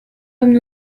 nous